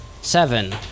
seven